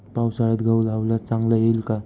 पावसाळ्यात गहू लावल्यास चांगला येईल का?